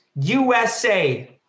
USA